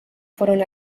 fueron